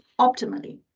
optimally